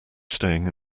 staying